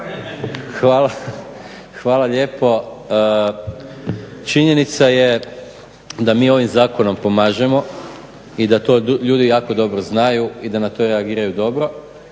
Hvala lijepo. Činjenica je da mi ovim zakonom pomažemo i da to ljudi jako dobro znaju i da na to reagiraju dobro